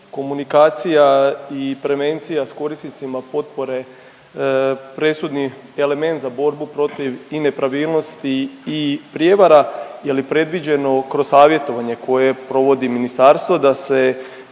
komunikacija i prevencija s korisnicima potpore presudni element za borbu protiv i nepravilnosti i prijevara je li predviđeno kroz savjetovanje koje provodi ministarstvo da se